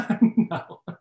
No